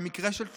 במקרה של תלונה,